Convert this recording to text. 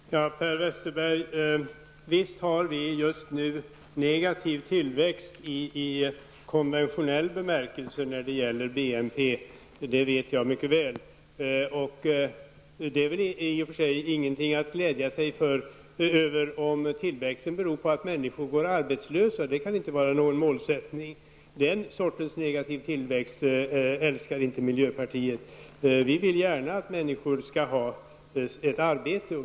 Herr talman! Per Westerberg, visst har vi nu negativ tillväxt i konventionell bemärkelse när det gäller BNP. Det vet jag mycket väl. Det är väl i och för sig ingenting att glädja sig över, om tillväxten beror på att människor går arbetslösa. Det kan inte vara någon målsättning. Miljöpartiet älskar inte den sortens negativ tillväxt. Vi vill gärna att människor skall ha ett arbete.